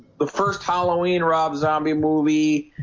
the first halloween rob zombie movie